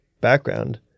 background